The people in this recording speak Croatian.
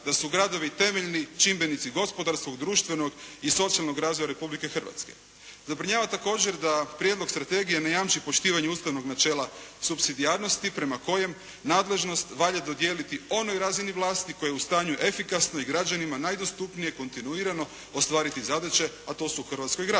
da su gradovi temeljni čimbenici gospodarskog, društvenog i socijalnog razvoja Republike Hrvatske. Zabrinjava također da prijedlog strategije ne jamči poštivanje ustavnog načela supsidijarnosti prema kojem nadležnost valja dodijeliti onoj razini vlasti koja je u stanju efikasno i građanima najdostupnije kontinuirano ostvariti zadaće, a to su u Hrvatskoj gradovi.